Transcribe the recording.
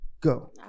Go